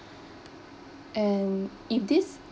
and if this